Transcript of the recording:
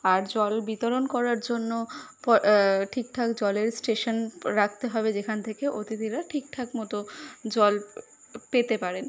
আর জল বিতরণ করার জন্য প ঠিকঠাক জলের স্টেশন রাখতে হবে যেখান থেকে অতিথিরা ঠিকঠাক মত জল পেতে পারেন